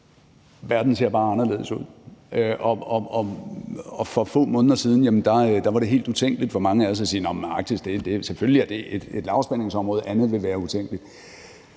Verden ser bare anderledes ud. Og for få måneder siden var det helt utænkeligt for mange af os at sige andet, end at Arktis selvfølgelig er et lavspændingsområde; andet ville have været utænkeligt.